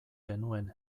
genuen